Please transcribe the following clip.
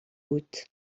hôte